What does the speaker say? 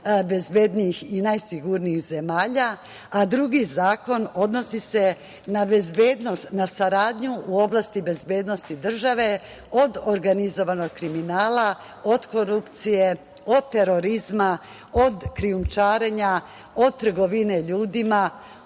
najbezbednijih i najsigurnijih zemalja. Drugi zakon odnosi se na saradnju u oblasti bezbednosti države od organizovanog kriminala, od korupcije, od terorizma, od krijumčarenja, od trgovine ljudima,